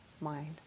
mind